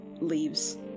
leaves